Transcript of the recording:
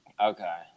Okay